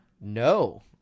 No